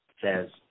says